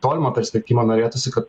tolimą perspektyvą norėtųsi kad